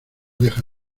deja